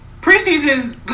Preseason